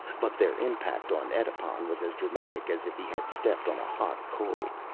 but their impact on edipon was as dramatic as if he had stepped on a hot coal.